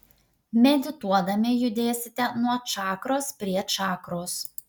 medituodami judėsite nuo čakros prie čakros